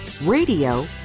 radio